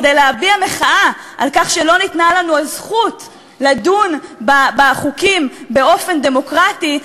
להביע מחאה על כך שלא ניתנה לנו הזכות לדון בחוקים באופן דמוקרטי,